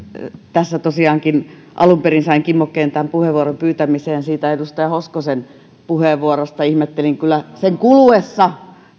tässä tosiaankin alun perin sain kimmokkeen puheenvuoroon pyytämiseen edustaja hoskosen puheenvuorosta ihmettelin kyllä sen kuluessa